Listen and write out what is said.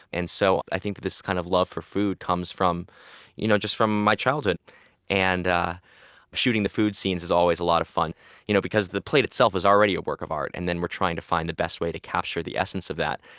and so i think this kind of love for food comes from you know my childhood and ah shooting the food scenes is always a lot of fun you know because the plate itself is already a work of art. and then we're trying to find the best way to capture the essence of that.